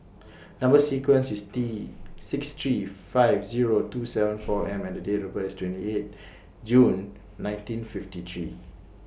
Number sequence IS T six three five Zero two seven four M and The Date of birth IS twenty eight June nineteen fifty three